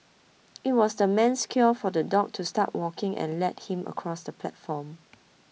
it was the man's cue for the dog to start walking and lead him across the platform